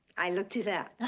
i looked it up.